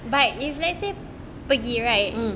but if let's say pergi right